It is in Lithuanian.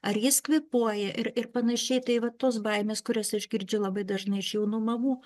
ar jis kvėpuoja ir ir panašiai tai vat tos baimės kurias aš girdžiu labai dažnai iš jaunų mamų